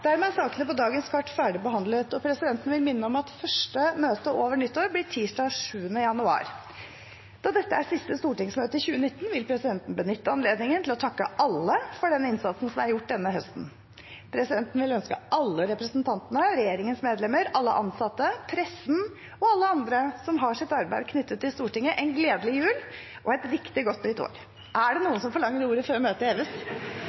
Dermed er sakene på dagens kart ferdigbehandlet. Presidenten vil minne om at første møte over nyttår blir tirsdag 7. januar. Da dette er siste stortingsmøte i 2019, vil presidenten benytte anledningen til å takke alle for den innsatsen som er gjort denne høsten. Presidenten vil ønske alle representantene, regjeringens medlemmer, alle ansatte, pressen og alle andre som har sitt arbeid knyttet til Stortinget, en gledelig jul og et riktig godt nytt år! Forlanger noen ordet før møtet heves?